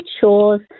chores